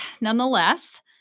nonetheless